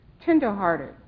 tender-hearted